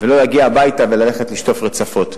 ולא להגיע הביתה וללכת לשטוף רצפות.